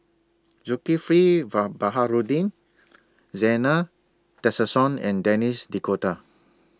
Zulkifli Baharudin Zena Tessensohn and Denis D'Cotta